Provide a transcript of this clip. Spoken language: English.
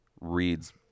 reads